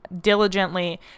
diligently